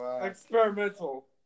experimental